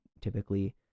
typically